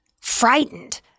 frightened